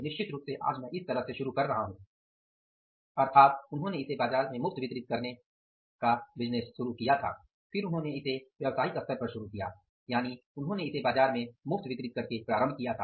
निश्चित रूप से आज मैं इस तरह से शुरू कर रहा हूँ अर्थात उन्होंने इसे बाज़ार में मुफ्त वितरित करके प्रारंभ किया था